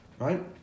Right